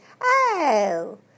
Oh